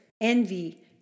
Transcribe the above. envy